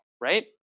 right